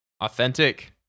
authentic